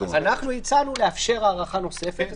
הצענו לאפשר הארכה נוספת.